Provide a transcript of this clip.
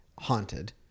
haunted